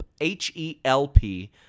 H-E-L-P